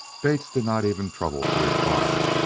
bates did not even trouble to reply,